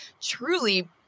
truly